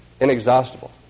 inexhaustible